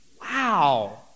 Wow